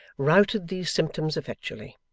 routed these symptoms effectually,